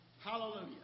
Hallelujah